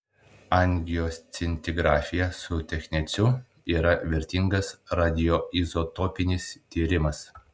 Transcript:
angioscintigrafija su techneciu yra vertingas radioizotopinis tyrimas